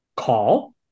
call